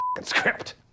script